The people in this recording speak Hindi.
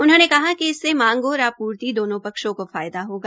उन्होंने कहा कि इससे मांग और आपूर्ति दोनों पक्षों को फायदा होगा